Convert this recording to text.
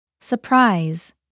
surprise